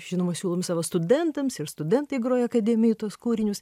žinoma siūlom savo studentams ir studentai groja akademijoj tuos kūrinius